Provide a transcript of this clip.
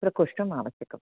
प्रकोष्ठः आवश्यकम्